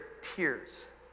tears